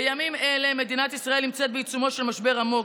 בימים אלה מדינת ישראל נמצאת בעיצומו של משבר עמוק,